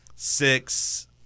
six